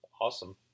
Awesome